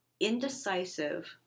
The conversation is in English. indecisive